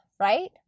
right